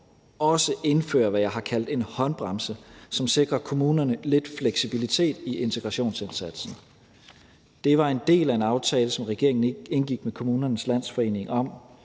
kaldt en håndbremse, som sikrer kommunerne lidt fleksibilitet i integrationsindsatsen. Det var en del af en aftale, som regeringen indgik med Kommunernes Landsforening, om